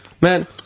Man